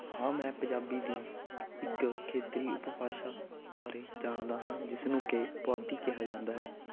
ਹਾਂ ਮੈਂ ਪੰਜਾਬੀ ਦੀ ਇੱਕ ਖੇਤਰੀ ਉਪਭਾਸ਼ਾ ਬਾਰੇ ਜਾਣਦਾ ਹਾਂ ਜਿਸ ਨੂੰ ਕਿ ਪੁਆਧੀ ਕਿਹਾ ਜਾਂਦਾ ਹੈ